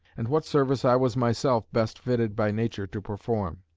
and what service i was myself best fitted by nature to perform.